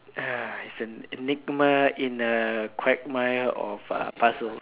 ah it's an enigma in a quagmire of uh puzzles